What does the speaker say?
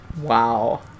Wow